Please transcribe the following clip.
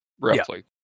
roughly